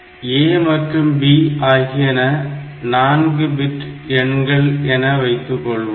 A மற்றும் B ஆகியன 4 bit எண்கள் என வைத்துக்கொள்வோம்